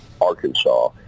Arkansas